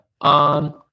on